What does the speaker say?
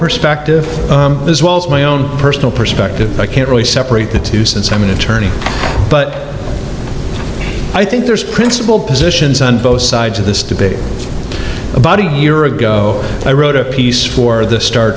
perspective as well as my own personal perspective i can't really separate the two since i'm an attorney but i think there's principled positions on both sides of this debate about a year ago i wrote a piece for the star